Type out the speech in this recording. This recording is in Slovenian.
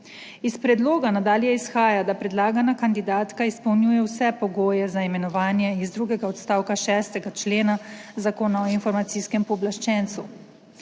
Iz predloga nadalje izhaja, da predlagana kandidatka izpolnjuje vse pogoje za imenovanje iz drugega odstavka 6. člena Zakona o Informacijskem pooblaščencu.